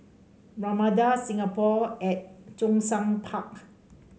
Ramada Singapore at Zhongshan Park